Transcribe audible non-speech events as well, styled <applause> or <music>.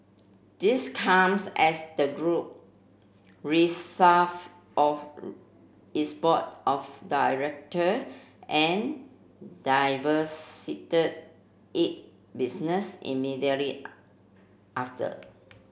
this comes as the group <unintelligible> of its board of director and <unintelligible> it business immediately <hesitation> after